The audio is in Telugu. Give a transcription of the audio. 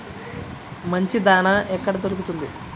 మంచి దాణా ఎక్కడ దొరుకుతుంది?